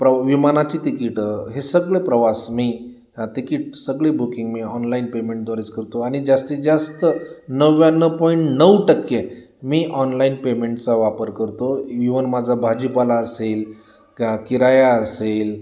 प्र विमानाची तिकीट हे सगळे प्रवास मी तिकीट सगळी बुकिंग मी ऑनलाईन पेमेंटद्वारेच करतो आणि जास्तीत जास्त नव्व्याण्णव पॉईंट नऊ टक्के मी ऑनलाईन पेमेंटचा वापर करतो इवन माझा भाजीपाला असेल किराया असेल